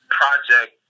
project